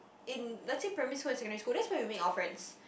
in let's say primary school and secondary school that's when we make our friends